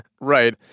Right